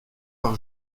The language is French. par